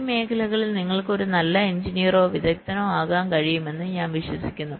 ഈ മേഖലകളിൽ നിങ്ങൾക്ക് ഒരു നല്ല എഞ്ചിനീയറോ വിദഗ്ദ്ധനോ ആകാൻ കഴിയുമെന്ന് ഞാൻ വിശ്വസിക്കുന്നു